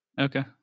Okay